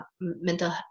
mental